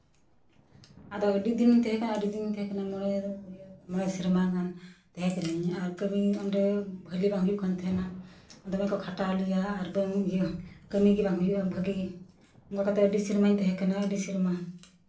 ᱟᱫᱚ ᱟᱹᱰᱤ ᱫᱤᱱᱤᱧ ᱛᱟᱦᱮᱸᱠᱟᱱᱟ ᱟᱹᱰᱤ ᱫᱤᱱᱤᱧ ᱛᱟᱦᱮᱸᱠᱟᱱᱟ ᱢᱚᱬᱮ ᱤᱭᱟᱹ ᱢᱚᱬᱮ ᱥᱮᱨᱢᱟ ᱜᱟᱱ ᱛᱟᱦᱮᱸᱠᱟᱹᱱᱟᱹᱧ ᱟᱨ ᱠᱟᱹᱢᱤ ᱚᱸᱰᱮ ᱵᱷᱟᱹᱞᱤ ᱵᱟᱝ ᱦᱩᱭᱩᱜ ᱠᱟᱱ ᱛᱟᱦᱮᱱᱟ ᱫᱚᱢᱮ ᱠᱚ ᱠᱷᱟᱴᱟᱣ ᱞᱮᱭᱟ ᱟᱨ ᱵᱟᱝ ᱤᱭᱟᱹ ᱠᱟᱹᱢᱤ ᱜᱮ ᱵᱟᱝ ᱦᱩᱭᱩᱜᱼᱟ ᱵᱷᱟᱹᱜᱤ ᱚᱝᱠᱟ ᱠᱟᱛᱮ ᱟᱹᱰᱤ ᱥᱮᱨᱢᱟᱧ ᱛᱟᱦᱮᱠᱟᱱᱟ ᱟᱹᱰᱤ ᱥᱮᱨᱢᱟ